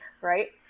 right